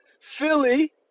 Philly